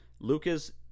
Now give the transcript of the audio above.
Lucas